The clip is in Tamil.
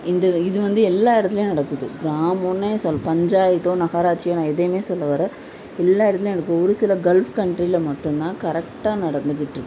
இந்த இது வந்து எல்லா இடத்துலையும் நடக்குது கிராமன்னே சொல் பஞ்சாயத்தோ நகராட்சியோ நான் எதையுமே நான் சொல்ல வரலை எல்லா இடத்துலயுமே நடக்குது ஒரு சில கல்ஃப் கண்ட்ரியில மட்டும் தான் கரெக்டாக நடந்துக்கிட்ருக்குது